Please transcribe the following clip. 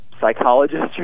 psychologist